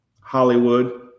Hollywood